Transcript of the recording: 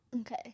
Okay